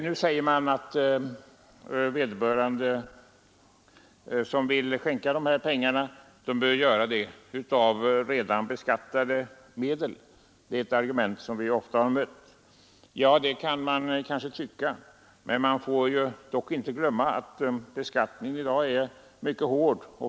Ett argument som vi ofta har mött är att de som vill skänka pengar till dessa organisationer bör göra det av redan beskattade medel. Ja, det kan man kanske tycka. Men man får inte glömma att beskattningen i dag är mycket hård.